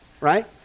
right